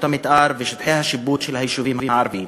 המתאר ושטחי השיפוט של היישובים הערביים.